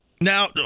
Now